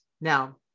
Now